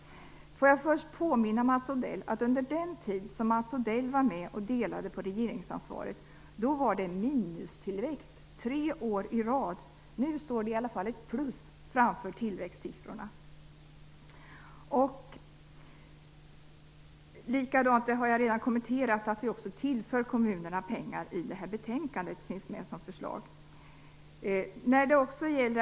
Låt mig först påminna Mats Odell om att det under den tid när Mats Odell delade på regeringsansvaret var minustillväxt tre år i rad. Vi förde i varje fall in ett plustecken före tillväxtsiffrorna. Jag har redan framhållit att vi i det här betänkandet föreslår att kommunerna tillförs pengar.